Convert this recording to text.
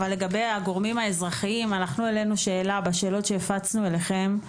אבל לגבי הגורמים האזרחיים אנחנו העלינו שאלה בשאלות שהפצנו אליכם,